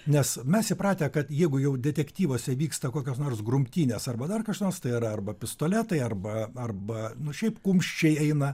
nes mes įpratę kad jeigu jau detektyvuose vyksta kokios nors grumtynės arba dar kas nors tai yra arba pistoletai arba arba nu šiaip kumščiai eina